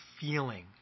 feeling